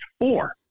Four